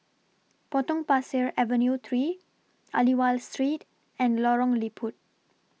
Potong Pasir Avenue three Aliwal Street and Lorong Liput